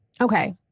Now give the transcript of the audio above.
Okay